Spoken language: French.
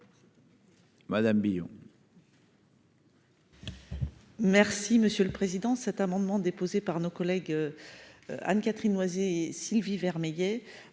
Madame Billon.